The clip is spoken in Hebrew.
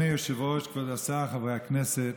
אדוני היושב-ראש, כבוד השר, חברי הכנסת,